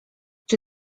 czy